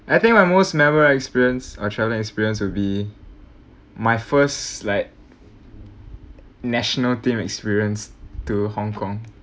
I think my most memorable experience or travelling experience will be my first like national team experience to Hong-Kong